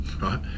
right